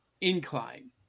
incline